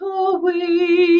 away